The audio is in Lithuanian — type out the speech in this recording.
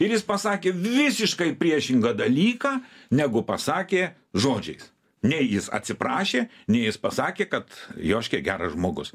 ir jis pasakė visiškai priešingą dalyką negu pasakė žodžiais nei jis atsiprašė nei jis pasakė kad joškė geras žmogus